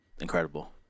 incredible